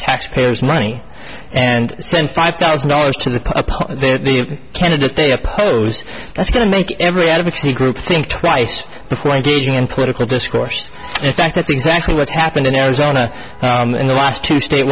tax payers money and send five thousand dollars to the their the candidate they oppose that's going to make every advocacy group twice before engaging in political discourse in fact that's exactly what's happened in arizona and the last two state